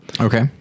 Okay